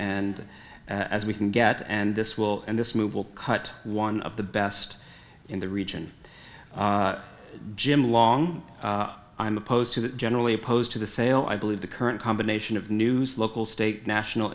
and as we can get and this will and this move will cut one of the best in the region jim long i'm opposed to the generally opposed to the sale i believe the current combination of news local state national